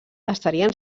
estarien